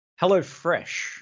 HelloFresh